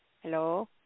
Hello